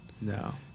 No